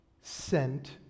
sent